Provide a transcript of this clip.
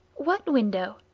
what window?